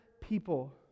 people